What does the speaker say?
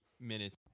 minutes